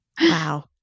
Wow